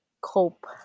cope